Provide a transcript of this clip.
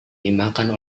dimakan